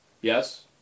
Yes